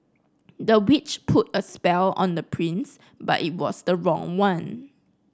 the witch put a spell on the prince but it was the wrong one